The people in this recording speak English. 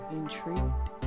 intrigued